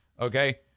Okay